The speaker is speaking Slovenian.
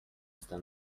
sta